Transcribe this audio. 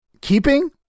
keeping